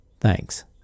Thanks